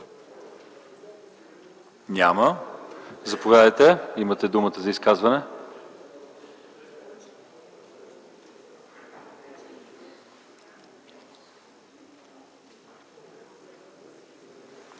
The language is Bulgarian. няма. Заповядайте, имате думата за изказване.